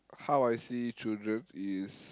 how I see children is